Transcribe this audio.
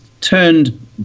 turned